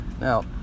Now